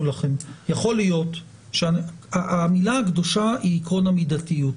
לכם שהמילה הקדושה היא עקרון המידתיות.